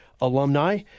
alumni